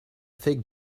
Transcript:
fig